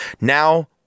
now